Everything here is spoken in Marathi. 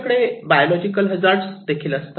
आपल्याकडे बायोलॉजिकल हजार्ड देखील असतात